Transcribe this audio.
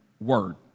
word